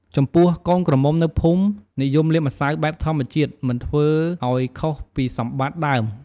ចំពោះកូនក្រមុំនៅភូមិនិយមលាបម្សៅបែបធម្មជាតិ មិនធ្វើឲ្យខុសពីសម្បត្តិដើម។